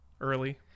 early